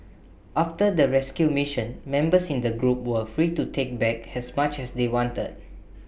after the rescue mission members in the group were free to take back as much as they wanted